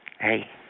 Hey